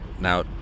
Now